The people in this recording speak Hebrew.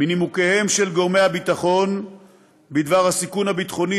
מנימוקיהם של גורמי הביטחון בדבר הסיכון הביטחוני